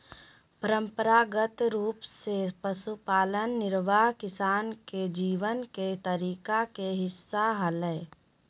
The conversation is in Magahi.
परंपरागत रूप से पशुपालन निर्वाह किसान के जीवन के तरीका के हिस्सा हलय